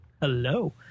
Hello